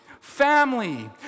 family